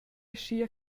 aschia